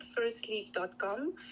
firstleaf.com